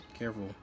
careful